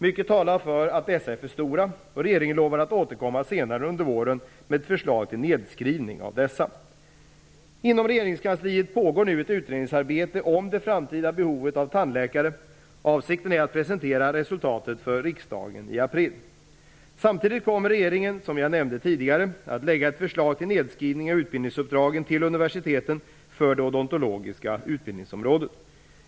Mycket talar för att dessa är för stora, och regeringen lovade att återkomma senare under våren med ett förslag till nedskrivning av dessa. Inom regeringskansliet pågår nu ett utredningsarbete om det framtida behovet av tandläkare. Avsikten är att presentera resultatet för riksdagen i april. Samtidigt kommer regeringen, som jag nämnde tidigare, att lägga fram ett förslag till nedskrivning av utbildningsuppdragen till universiteten för det odontologiska utbildningsområdet.